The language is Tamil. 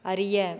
அறிய